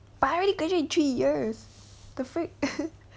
but I already graduate in three years the freak